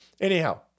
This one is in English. Anyhow